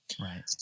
right